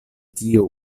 tio